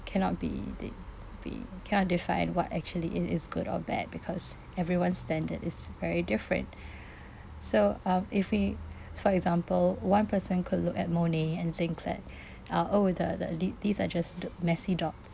cannot be they be cannot define what actually it is good or bad because everyone's standard is very different so um if we for example one person could look at monet and think that uh oh the the thi~ these are just messy dots